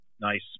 Nice